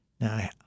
Now